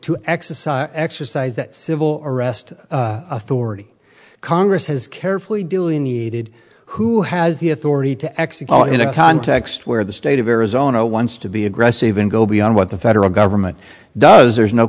to exercise exercise that civil arrest authority congress has carefully doing needed who has the authority to execute in a context where the state of arizona wants to be aggressive and go beyond what the federal government does there's no